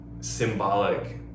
symbolic